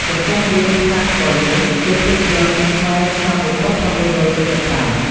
ចំពោះ រឿងផ្កាថ្កុលមាស ជាភាពយន្តខ្មែរឆ្នាំ១៩៧៥។